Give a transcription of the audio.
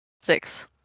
Six